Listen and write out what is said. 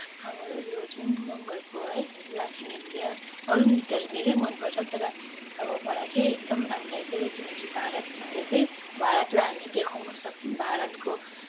हाम्रो यो जुन मँगरको है लाखे नृत्य अरू नृत्यहरू धेरै मनपर्छ तर अब मलाई चाहिँ एकदम राम्रो लागेको चाहिँ किनकि भारत नृत्य चाहिँ भारतलाई हामी देखाउन सक्नु भारतको